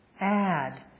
add